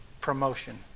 promotion